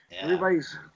Everybody's